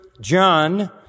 John